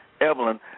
Evelyn